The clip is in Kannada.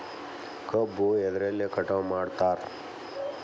ಕಬ್ಬು ಎದ್ರಲೆ ಕಟಾವು ಮಾಡ್ತಾರ್?